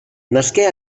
nasqué